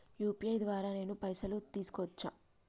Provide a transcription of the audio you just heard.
UPI ద్వారా నేను పైసలు తీసుకోవచ్చా?